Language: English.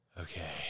Okay